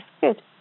good